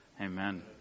Amen